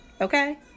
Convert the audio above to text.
Okay